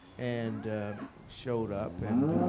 and showed up and